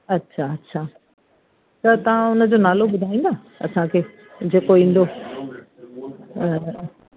अच्छा अच्छा त तव्हां हुनजो नालो ॿुधाईंदा असांखे जेको ईंदो हा हा